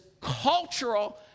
cultural